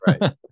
Right